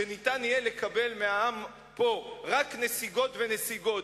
שיהיה אפשר לקבל מהעם פה רק נסיגות ונסיגות,